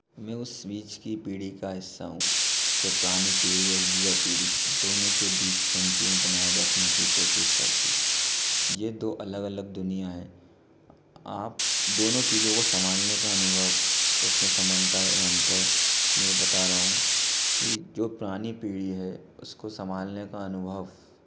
मैं उस बीच की पीढ़ी का हिस्सा हूँ जो पुरानी पीढ़ी और युवा पीढ़ी दोनों के बीच संतुलन बनाए रखने की कोशिश करती है ये दो अलग अलग दुनिया हैं आप दोनों पीढ़ियों को संभालने का अनुभव उसमें समानताएं और अंतर मैं बता रहा हूँ कि जो पुरानी पीढ़ी है उसको संभालने का अनुभव